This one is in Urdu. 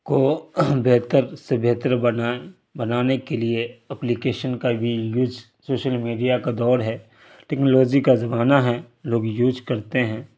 کو بہتر سے بہتر بنائیں بنانے کے لیے اپلیکیشن کا بھی یوج سوشل میڈیا کا دور ہے ٹیکنالوجی کا زمانہ ہیں لوگ یوج کرتے ہیں